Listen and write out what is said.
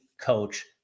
coach